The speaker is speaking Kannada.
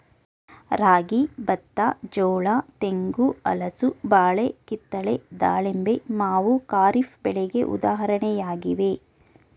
ರಾಗಿ, ಬತ್ತ, ಜೋಳ, ತೆಂಗು, ಹಲಸು, ಬಾಳೆ, ಕಿತ್ತಳೆ, ದಾಳಿಂಬೆ, ಮಾವು ಖಾರಿಫ್ ಬೆಳೆಗೆ ಉದಾಹರಣೆಯಾಗಿವೆ